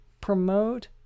promote